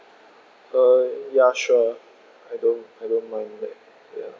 uh ya sure I don't I don't mind that ya